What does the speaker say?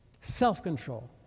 Self-control